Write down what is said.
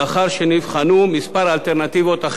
לאחר שנבחנו כמה אלטרנטיבות.